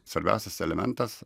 svarbiausias elementas